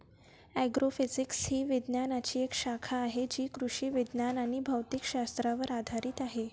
agrophysics ही विज्ञानाची एक शाखा आहे जी कृषी विज्ञान आणि भौतिक शास्त्रावर आधारित आहे